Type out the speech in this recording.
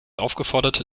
aufgefordert